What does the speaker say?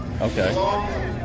Okay